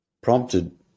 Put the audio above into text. prompted